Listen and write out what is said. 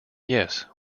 yes